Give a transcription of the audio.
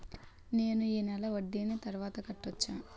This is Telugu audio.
నేను ఈ నెల వడ్డీని తర్వాత కట్టచా?